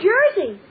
Jersey